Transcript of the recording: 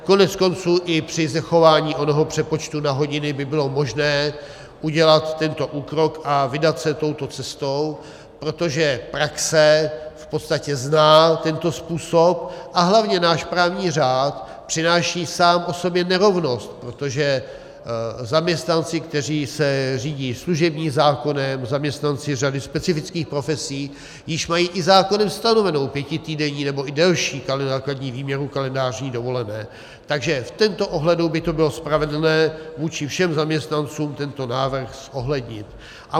Koneckonců i při zachování onoho přepočtu na hodiny by bylo možné udělat tento úkrok a vydat se touto cestou, protože praxe v podstatě zná tento způsob, a hlavně náš právní řád přináší sám o sobě nerovnost, protože zaměstnanci, kteří se řídí služebním zákonem, zaměstnanci řady specifických profesí již mají i zákonem stanovenou pětitýdenní nebo i delší základní výměru kalendářní dovolené, takže v tomto ohledu by bylo spravedlivé vůči všem zaměstnanců tento návrh zohlednit.